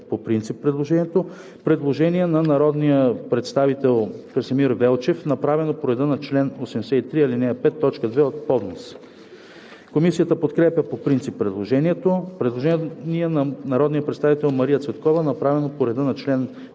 по принцип предложението. Предложение на народния представител Красимир Велчев, направено по реда на чл. 83, ал. 5, т. 2 от ПОДНС. Комисията подкрепя по принцип предложението. Предложение на народния представител Мария Цветкова, направено по реда на чл.